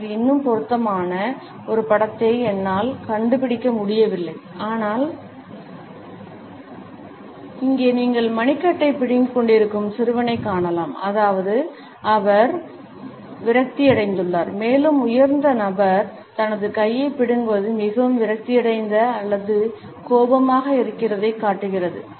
அதற்கு இன்னும் பொருத்தமான ஒரு படத்தை என்னால் கண்டுபிடிக்க முடியவில்லை ஆனால் இங்கே நீங்கள் மணிக்கட்டைப் பிடுங்கிக் கொண்டிருக்கும் சிறுவனைக் காணலாம் அதாவது அவர் விரக்தியடைந்துள்ளார் மேலும் உயர்ந்த நபர் தனது கையைப் பிடுங்குவது மிகவும் விரக்தியடைந்த அல்லது கோபமாக இருக்கிறதை காட்டுகிறது